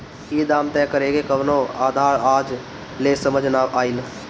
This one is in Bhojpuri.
ई दाम तय करेके कवनो आधार आज ले समझ नाइ आइल